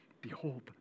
Behold